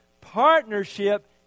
partnership